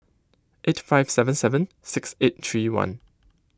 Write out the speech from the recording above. eight five seven seven six eight three one